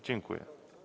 Dziękuję.